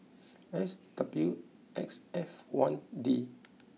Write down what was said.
S W X F one D